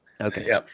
Okay